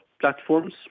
platforms